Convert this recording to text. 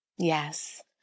Yes